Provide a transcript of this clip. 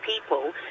people